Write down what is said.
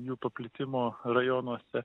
jų paplitimo rajonuose